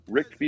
Rick